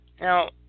Now